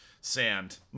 sand